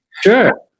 Sure